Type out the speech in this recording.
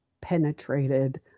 penetrated